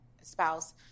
spouse